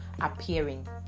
appearing